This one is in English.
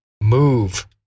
move